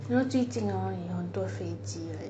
you know 最近 hor 有很多飞机 right